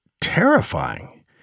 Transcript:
terrifying